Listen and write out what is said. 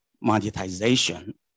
monetization